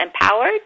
empowered